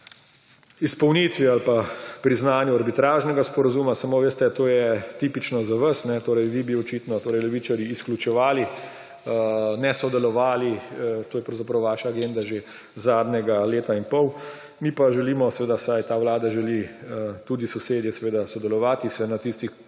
izpolniti ali pa priznanju arbitražnega sporazuma, samo, veste, to je tipično za vas, vi bi očitno, torej levičarji, izključevali, ne sodelovali, to je pravzaprav vaša agenda že zadnjega leta in pol, mi pa seveda želimo, vsaj ta vlada želi tudi s sosedi sodelovati, vsaj na tistih